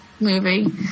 movie